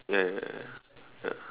ya ya ya ya ya